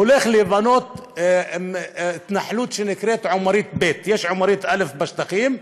הולכת להיבנות התנחלות שנקראת עומרית ב'; יש עומרית א' בשטחים,